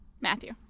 Matthew